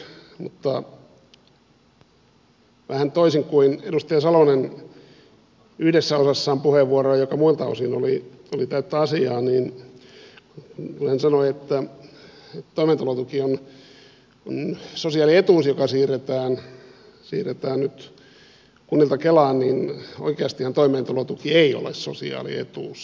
mutta vähän toisin kuin edustaja salonen yhdessä osassa puheenvuoroaan joka muilta osin oli täyttä asiaa kun hän sanoi että toimeentulotuki on sosiaalietuus joka siirretään nyt kunnilta kelaan niin oikeastihan toimeentulotuki ei ole sosiaalietuus